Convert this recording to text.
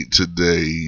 today